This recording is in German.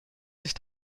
sich